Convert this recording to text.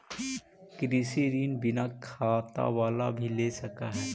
कृषि ऋण बिना खेत बाला भी ले सक है?